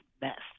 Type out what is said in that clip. best